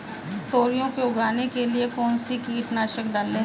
तोरियां को उगाने के लिये कौन सी कीटनाशक डालें?